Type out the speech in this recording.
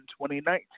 2019